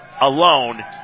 alone